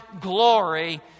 glory